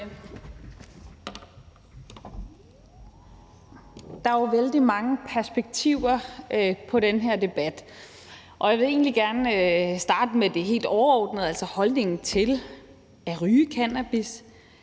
Der er jo vældig mange perspektiver på den her debat, og jeg vil egentlig gerne starte med det helt overordnede, altså holdningen til at ryge cannabis.